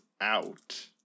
out